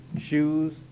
shoes